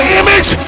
image